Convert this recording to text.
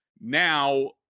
now